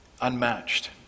unmatched